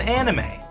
anime